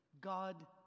God